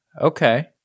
okay